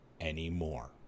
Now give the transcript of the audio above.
anymore